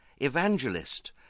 evangelist